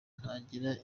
ntagira